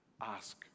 ask